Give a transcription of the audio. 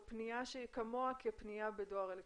פנייה שכמוה היא פנייה בדואר אלקטרוני.